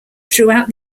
throughout